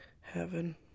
Heaven